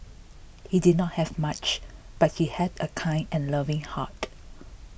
he did not have much but he had a kind and loving heart